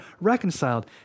reconciled